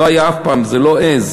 לא היה אף פעם, זה לא עז,